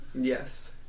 Yes